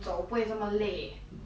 oh I see